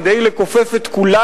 כדי לכופף את כולנו,